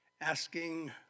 asking